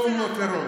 כלום לא תראו.